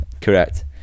Correct